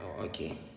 okay